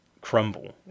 crumble